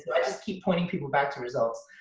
i just keep pointing people back to results.